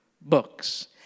books